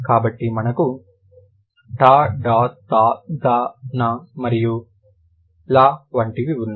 కాబట్టి మనకు ta da sa za n మరియు l వంటివి ఉన్నాయి